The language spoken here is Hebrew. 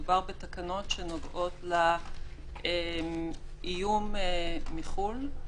מדובר בתקנות שנוגעות לאיום מחו"ל,